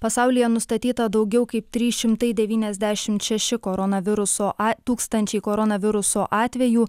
pasaulyje nustatyta daugiau kaip trys šimtai devyniasdešimt šeši koronaviruso tūkstančiai koronaviruso atvejų